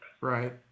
Right